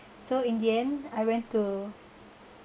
so in the end I went to